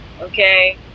okay